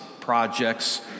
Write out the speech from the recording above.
projects